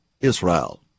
Israel